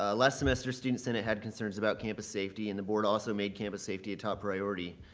ah last semester, student senate had concerns about campus safety and the board also made campus safety a top priority.